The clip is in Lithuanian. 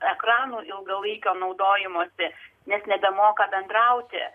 ekranų ilgalaikio naudojimosi nes nebemoka bendrauti